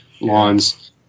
lawns